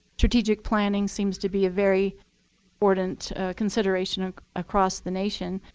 strategic planning seems to be a very important consideration across the nation